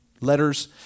letters